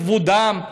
לכבודם,